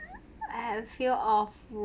I have feel awful